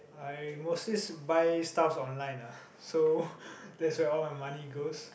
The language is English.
I mostly buy stuff online lah so that's where all my money goes